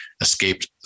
escaped